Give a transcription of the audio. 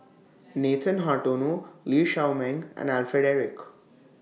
Nathan Hartono Lee Shao Meng and Alfred Eric